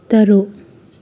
ꯇꯔꯨꯛ